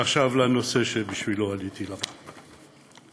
ועכשיו לנושא שבשבילו עליתי לבמה.